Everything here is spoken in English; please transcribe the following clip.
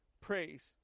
praise